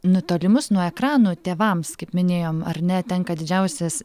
nutolimus nuo ekranų tėvams kaip minėjom ar ne tenka didžiausias